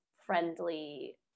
friendly